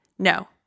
No